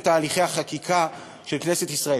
בתהליכי החקיקה של כנסת ישראל.